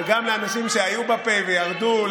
וגם מאנשים שהיו וירדו,